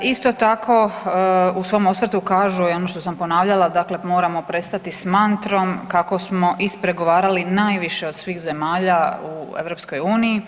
Isto tako, u svom osvrtu kažu i ono što sam ponavljala, dakle moramo prestati s mantrom kako smo ispregovarali najviše od svih zemalja u EU.